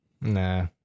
Nah